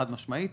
חד-משמעית,